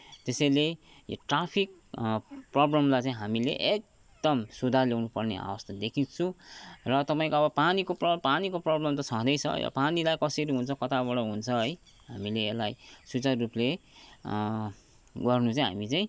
त्यसैले यो ट्राफिक प्रब्लमलाई चाहिँ हामीले एकदम सुधार ल्याउन पर्ने आवश्यकता देखिरहेछु र तपाईँको अब पानीको पानीको प्रब्लम त छदैँछ पानीलाई कसरी हुन्छ कताबाट हुन्छ है हामीले यसलाई सुचारु रूपले गर्नु चाहिँ हामी चाहिँ